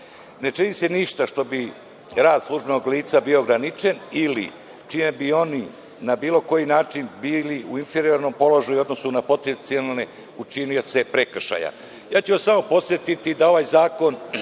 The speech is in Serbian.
Ne čini se ništa čime bi rad službenog lica bio ograničen ili čime bi oni na bilo koji način bili u inferiornom položaju u odnosno na potencijalne učinioce prekršaja. Ja ću vas samo podsetiti, neko